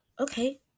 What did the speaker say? Okay